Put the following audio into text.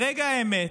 ברגע האמת,